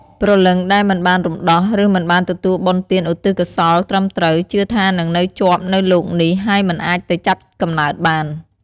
ព្រលឹងដែលមិនបានរំដោះ ឬមិនបានទទួលបុណ្យទានឧទ្ទិសកុសលត្រឹមត្រូវ ជឿថានឹងនៅជាប់នឹងលោកនេះ ហើយមិនអាចទៅចាប់កំណើតបាន។